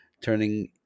turning